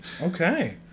Okay